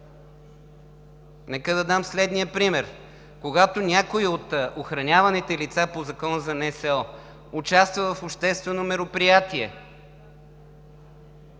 Нека да дам следния пример. Когато някое от охраняваните лица по Закона за НСО участва в обществено мероприятие,